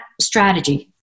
strategy